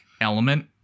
element